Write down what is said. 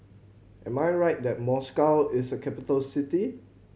am I right that Moscow is a capital city